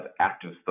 active